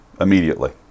immediately